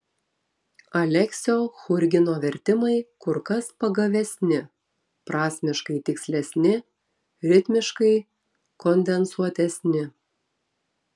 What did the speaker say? aleksio churgino vertimai kur kas pagavesni prasmiškai tikslesni ritmiškai kondensuotesni